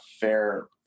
fair